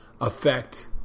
affect